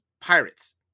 pirates